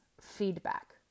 feedback